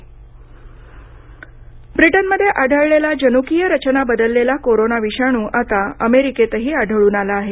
America corona ब्रिटनमध्ये आढळलेला जनुकीय रचना बदलेला कोरोना विषाणू आता अमेरिकेतही आढळून आला आहे